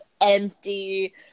empty